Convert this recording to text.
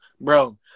bro